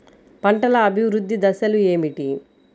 పంట అభివృద్ధి దశలు ఏమిటి?